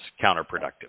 counterproductive